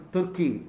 Turkey